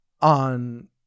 on